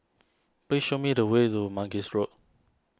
please show me the way to Mangis Road